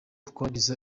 twagize